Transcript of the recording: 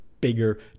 bigger